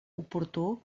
oportú